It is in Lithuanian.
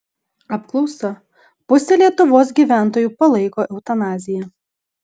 apklausa pusė lietuvos gyventojų palaiko eutanaziją